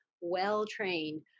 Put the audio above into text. well-trained